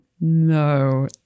No